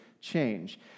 change